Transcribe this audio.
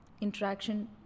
interaction